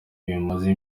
bimaze